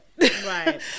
Right